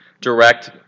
direct